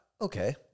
Okay